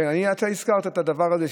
כן, אתה הזכרת את התמריצים.